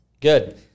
Good